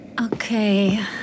Okay